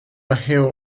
mayhew